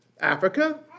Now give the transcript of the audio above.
Africa